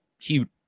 cute